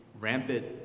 rampant